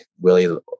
willie